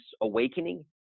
awakening